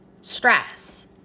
stress